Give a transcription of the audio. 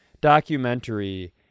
documentary